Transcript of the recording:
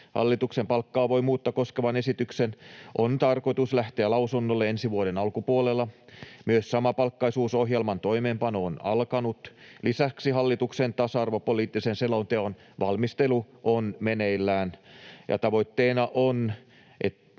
Hallituksen palkka-avoimuutta koskevan esityksen on tarkoitus lähteä lausunnolle ensi vuoden alkupuolella. Myös samapalkkaisuusohjelman toimeenpano on alkanut. Lisäksi hallituksen tasa-arvopoliittisen selonteon valmistelu on meneillään, ja tavoitteena on, että